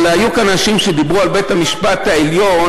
אבל היו כאן אנשים שדיברו על בית-המשפט העליון.